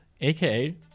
aka